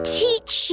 teach